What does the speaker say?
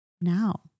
now